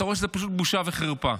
אתה רואה שזה פשוט בושה וחרפה: